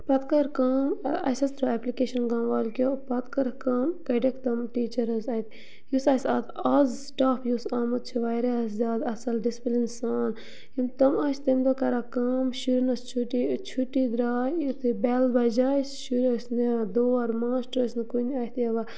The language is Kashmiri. پَتہٕ کٔر کٲم اَسہِ حظ ترٛٲو ایپلِکیشَن گاموال کیو پتہٕ کٔرٕکھ کٲم کٔڑِکھ تِم ٹیٖچَر حظ اَتہِ یُس اَسہِ اَتھ آز سٕٹاف یُس آمُت چھِ واریاہ زیادٕ اَصٕل ڈِسپلن سان یِم تِم ٲسۍ تمہِ دۄہ کَران کٲم شُرٮ۪ن ٲس چھُٹی چھُٹی درٛاے یُتھُے بٮ۪ل بَجاے شُرۍ ٲسۍ نِوان دور ماسٹر ٲسۍ نہٕ کُنہِ اَتھِ یِوان